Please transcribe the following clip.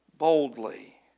boldly